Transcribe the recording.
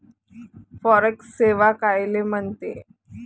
Forex सेवा कायले म्हनते?